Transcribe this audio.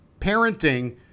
Parenting